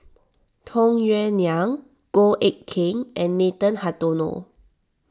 Tung Yue Nang Goh Eck Kheng and Nathan Hartono